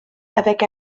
avec